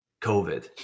COVID